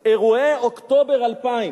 לאירועי אוקטובר 2000,